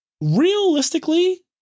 realistically